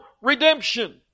redemption